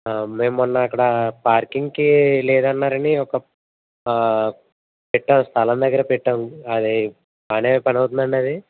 మెం మొన్న అక్కడ పార్కింగ్కి లేదన్నారు అని ఒక పెట్టాం స్థలం దగ్గర పెట్టాం అదే ఆడనే పని అవుతుందా అండి